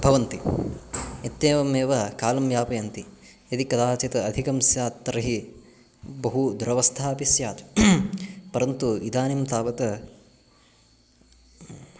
भवन्ति इत्येवमेव कालं यापयन्ति यदि कदाचित् अधिकं स्यात् तर्हि बहु दुरवस्था अपि स्यात् परन्तु इदानीं तावत्